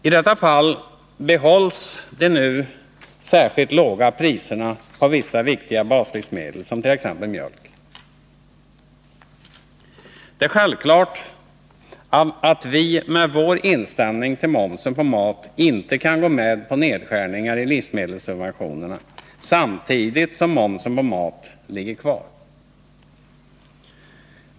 I detta fall behålls de nu särskilt låga priserna på vissa viktiga baslivsmedel, t.ex. mjölk. Det är självklart att vi med vår inställning till momsen på mat inte kan gå med på nedskärning av livsmedelssubventionerna, samtidigt som momsen på mat ligger kvar.